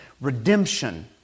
Redemption